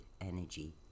energy